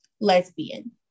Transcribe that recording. lesbian